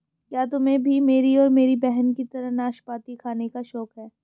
क्या तुम्हे भी मेरी और मेरी बहन की तरह नाशपाती खाने का शौक है?